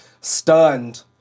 stunned